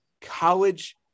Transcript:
College